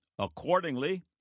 Accordingly